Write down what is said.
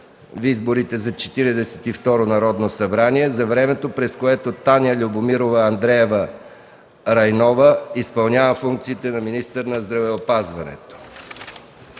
и второ Народно събрание, за времето, през което Таня Любомирова Андреева-Райнова изпълнява функциите на министър на здравеопазването.